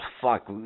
fuck